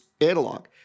analog